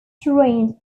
trained